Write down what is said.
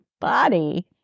body